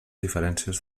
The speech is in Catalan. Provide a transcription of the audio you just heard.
diferències